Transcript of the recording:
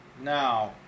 Now